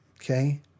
okay